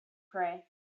pray